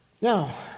now